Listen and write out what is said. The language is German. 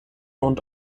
und